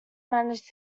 manage